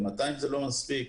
גם 200 זה לא מספר מספיק,